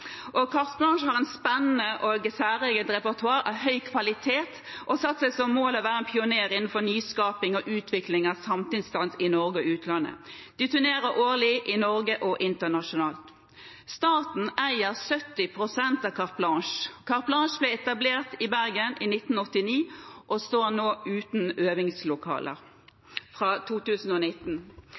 har et spennende og særegent repertoar av høy kvalitet og har satt seg som mål å være en pioner innenfor nyskaping og utvikling av samfunnsdans i Norge og utlandet. De turnerer årlig i Norge og internasjonalt. Staten eier 70 pst. av Carte Blanche. Carte Blanche ble etablert i Bergen i 1989 og står uten øvingslokaler fra 2019.